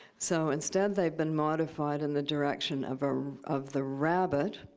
so instead, they've been modified in the direction of ah of the rabbit.